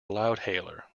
loudhailer